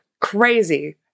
crazy